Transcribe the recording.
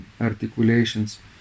articulations